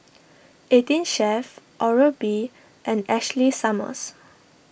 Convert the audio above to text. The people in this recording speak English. eighteen Chef Oral B and Ashley Summers